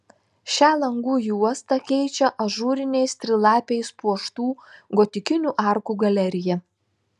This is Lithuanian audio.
šią langų juostą keičia ažūriniais trilapiais puoštų gotikinių arkų galerija